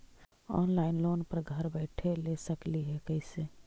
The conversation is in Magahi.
ऑनलाइन लोन घर बैठे ले सकली हे, कैसे?